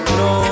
no